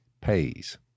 pays